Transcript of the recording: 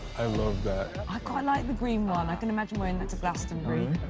i love that! i quite like the green one. i can imagine wearing that at glasston green.